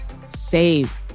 save